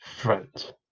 front